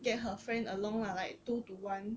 get her friend along lah like two to one